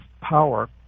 power